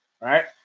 right